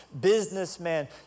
businessman